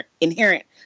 inherent